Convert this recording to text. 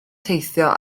teithio